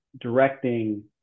directing